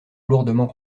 lourdement